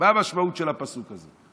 מה המשמעות של הפסוק הזה?